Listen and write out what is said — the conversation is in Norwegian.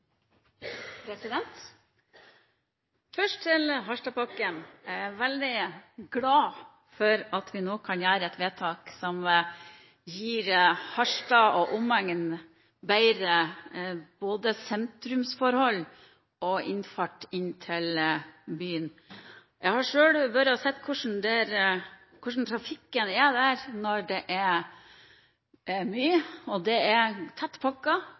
Harstadpakken: Jeg er veldig glad for at vi nå kan gjøre et vedtak som gir Harstad og omegn bedre både sentrumsforhold og innfart inn til byen. Jeg har selv vært og sett hvordan trafikken kan være der – den er tettpakket, og det